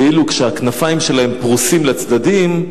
ואילו כשהכנפיים שלהם פרוסות לצדדים,